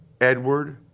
Edward